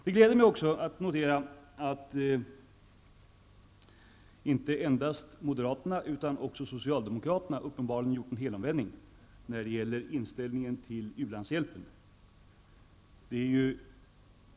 Det gläder mig också att konstatera att inte endast moderaterna, utan även socialdemokraterna uppenbarligen gjort en helomvändning när det gäller inställningen till u-landshjälpen.